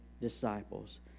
disciples